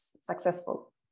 successful